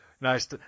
Nice